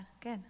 good